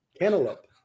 cantaloupe